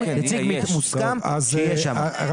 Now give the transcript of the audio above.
נציג מוסכם שיהיה שם,